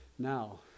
Now